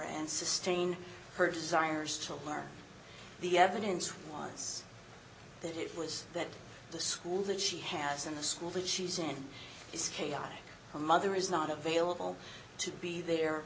and sustain her desires to learn the evidence was that it was that the school that she has in the school that she's in is chaotic her mother is not available to be there